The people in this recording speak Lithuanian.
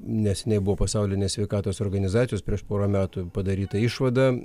neseniai buvo pasaulinės sveikatos organizacijos prieš porą metų padaryta išvada